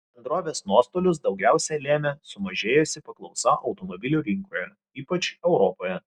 bendrovės nuostolius daugiausiai lėmė sumažėjusi paklausa automobilių rinkoje ypač europoje